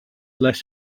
less